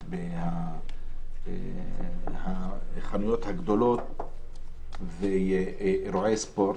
שמחות, החנויות הגדולות ואירועי ספורט.